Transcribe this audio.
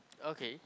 okay